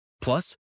Plus